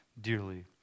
dearly